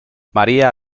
maría